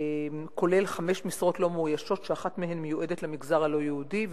כולל חמש משרות לא מאוישות שאחת מהן מיועדת למגזר הלא-יהודי,